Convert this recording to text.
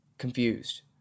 confused